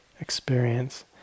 experience